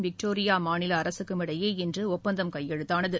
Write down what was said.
Victoria மாநில அரசுக்கும் இடையே இன்று ஒப்பந்தம் கையெழுத்தானது